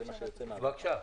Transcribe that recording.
בבקשה.